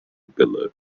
below